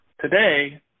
today